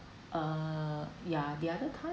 err ya the other time